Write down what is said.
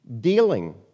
dealing